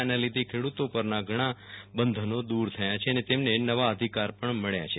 આના લીધે ખેડૂતો પરના ઘણાં બંધનોદ્નર થયા છે અને તેમને નવાં અધિકાર પણ મબ્યા છે